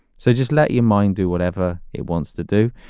so just let your mind do whatever it wants to do,